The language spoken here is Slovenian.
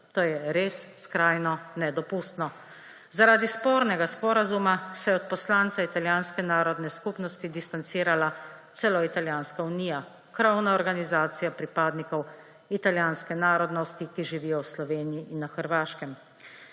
To je res skrajno nedopustno. Zaradi spornega sporazuma se od poslanca italijanske narodne skupnosti distancirala celo Italijanska unija, krovna organizacija pripadnikov italijanske narodnosti, ki živijo v Sloveniji in na Hrvaškem.